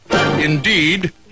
indeed